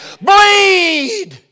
bleed